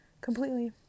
Completely